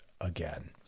again